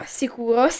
sicuro